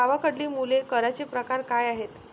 गावाकडली मुले करांचे प्रकार काय आहेत?